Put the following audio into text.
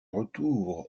retour